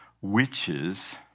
witches